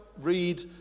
read